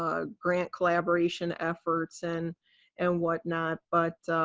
ah grant collaboration efforts, and and what not. but